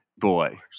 Boy